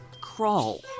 crawl